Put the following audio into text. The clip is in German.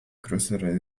größere